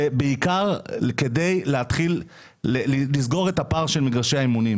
בעיקר כדי להתחיל לסגור את הפער של מגרשי האימונים.